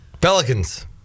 Pelicans